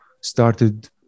started